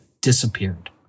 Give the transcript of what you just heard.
disappeared